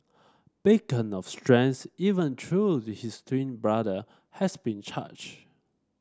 beacon of strength even though his twin brother has been charged